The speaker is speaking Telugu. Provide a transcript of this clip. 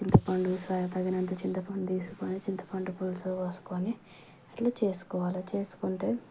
చింతపండు తగినంత చింతపండు తీసుకోని చింతపండు పులుసు పోసుకొని అట్లా చేసుకోవాలి చేసుకుంటే